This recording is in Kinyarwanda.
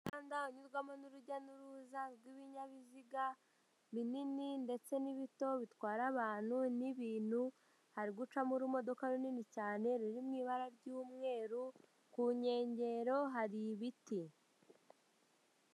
Umuhanda unyurwamo n'urujya n'uruza rw'ibinyabiziga binini ndetse n'ibito bitwara abantu n'ibintu hari gucamo urumodoka runini cyane ruri mu ibara ry'umweru ku nkengero hari ibiti.